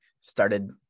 started